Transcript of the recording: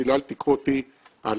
אל תיקחו אותי על